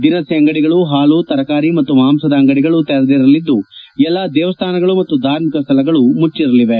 ದಿನಸಿ ಅಂಗಡಿಗಳು ಪಾಲು ತರಕಾರಿ ಮತ್ತು ಮಾಂಸದ ಅಂಗಡಿಗಳು ತೆರೆದಿರಲಿದ್ದು ಎಲ್ಲಾ ದೇವಸ್ಥಾನಗಳು ಧಾರ್ಮಿಕ ಸ್ಥಳಗಳು ಮುಚ್ಚಿರಲಿವೆ